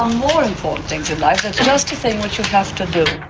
more important things in life, and it's just a thing that you have to do.